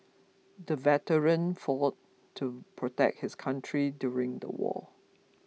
the veteran fought to protect his country during the war